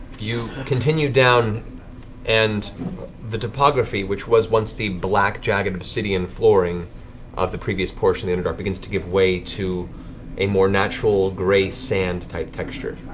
you continue down and the topography, which was once the black, jagged obsidian flooring of the previous portion of the underdark, begins to give way to a more natural gray sand-type texture.